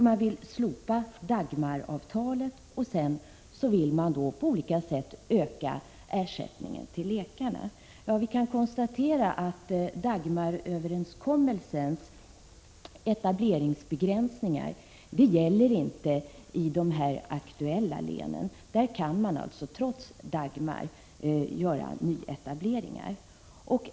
Man vill slopa Dagmaravtalet, och sedan vill man på olika sätt öka ersättningen till läkarna. Vi kan konstatera att Dagmaröverenskommelsens etableringsbegränsningar inte gäller i de här aktuella länen. Där kan man alltså trots Dagmar göra nyetableringar.